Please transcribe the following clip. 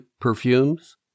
perfumes